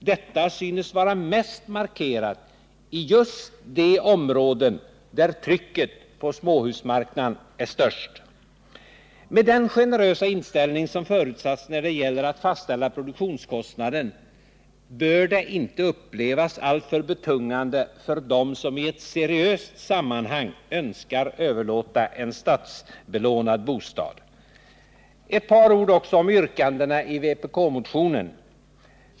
Detta synes vara mest markerat i just de områden där trycket på småhusmarknaden är störst. Med den generösa inställning som förutsatts när det gäller att fastställa produktionskostnaden bör köpeskillingskontrollen inte upplevas som alltför betungande för den som i ett seriöst sammanhang önskar överlåta en statsbelånad bostad. Ett par ord också om yrkandena i vpk-motionen.